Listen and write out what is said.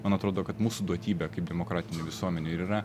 man atrodo kad mūsų duotybė kaip demokratinių visuomenių ir yra